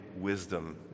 wisdom